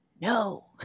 No